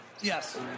Yes